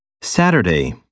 Saturday